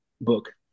book